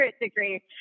degree